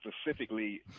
specifically